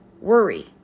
worry